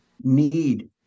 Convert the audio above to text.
need